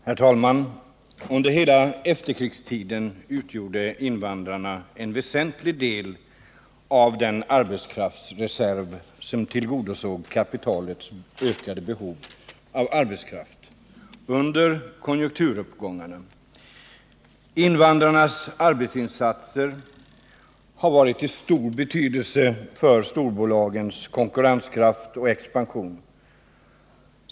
Herr talman! Under hela efterkrigstiden utgjorde invandrarna en väsentlig del av den arbetskraftsreserv som tillgodosåg kapitalets ökade behov av arbetskraft under konjunkturuppgångarna. Invandrarnas arbetsinsatser har varit av stor betydelse för storbolagens konkurrenskraft och expansion.